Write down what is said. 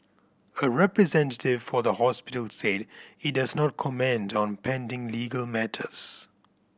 a representative for the hospital said it does not comment on pending legal matters